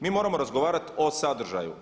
Mi moramo razgovarati o sadržaju.